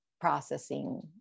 processing